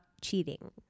cheating